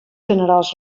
generals